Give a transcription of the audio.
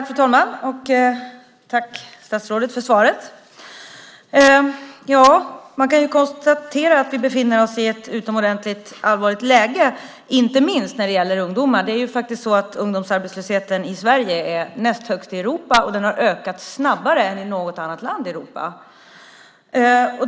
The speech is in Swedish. Fru talman! Tack, statsrådet, för svaret! Man kan konstatera att vi befinner oss i ett utomordentligt allvarligt läge, inte minst när det gäller ungdomar. Det är faktiskt så att ungdomsarbetslösheten i Sverige är näst högst i Europa, och den har ökat snabbare än i något annat land i Europa.